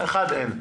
אין.